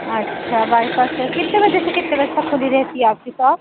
अच्छा बाईपास से कितने बजे से कितने बजे तक खुली रहती है आपकी सॉप